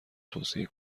توصیه